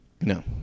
No